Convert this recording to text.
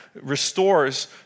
restores